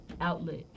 outlet